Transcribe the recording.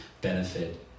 benefit